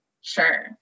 Sure